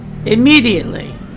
Immediately